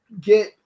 get